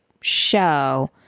show